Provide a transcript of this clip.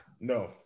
No